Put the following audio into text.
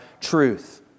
truth